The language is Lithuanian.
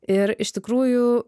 ir iš tikrųjų